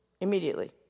immediately